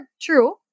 true